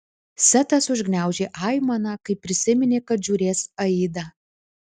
setas užgniaužė aimaną kai prisiminė kad žiūrės aidą